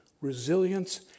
resilience